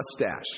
mustache